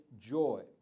joy